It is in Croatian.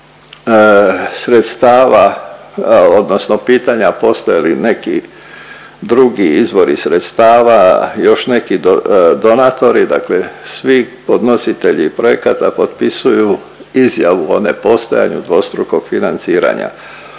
sredstava odnosno pitanja postoje li neki drugi izvori sredstava, još neki donatori, dakle svi podnositelji projekata potpisuju izjavu o nepostojanju dvostrukog financiranja.